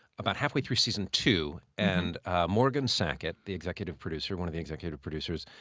about halfway through season two, and morgan sackett, the executive producer, one of the executive producers,